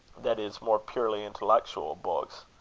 that is, more purely intellectual books.